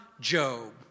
Job